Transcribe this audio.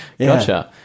gotcha